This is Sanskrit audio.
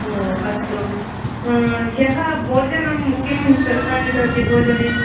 ओ अस्तु ह्यः भोजनं किं खादितवति भोजने